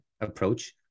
approach